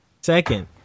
second